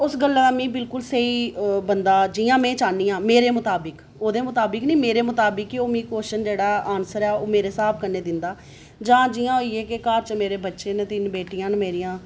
ते उस गल्ल दा मिगी बिल्कुल स्हेई बंदा जि'यां में चाह्नियां मेरे मताबिक ओह्दे मताबिक नी मेरे मताबिक ओह् मिगी क्वोशन जेह्ड़ा आनसर ऐ ओह् मेरे स्हाब कन्नै दिंदा जां जि'यां होइया कि घर च मेरे बच्चे न तीन बेटियां न मेरियां